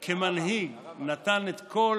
כמנהיג, נתן את כל